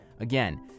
Again